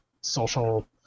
social